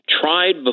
tried